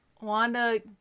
Wanda